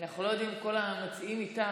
אנחנו לא יודעים אם כל המציעים איתך,